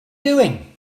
doing